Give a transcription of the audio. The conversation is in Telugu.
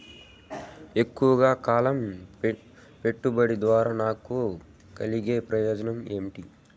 ఎక్కువగా కాలం పెట్టుబడి ద్వారా నాకు కలిగే ప్రయోజనం ఏమి?